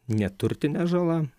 neturtinė žala